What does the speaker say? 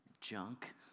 junk